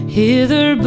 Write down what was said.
hither